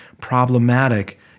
problematic